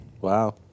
Wow